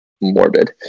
morbid